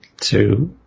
two